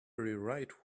rewrite